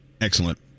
Excellent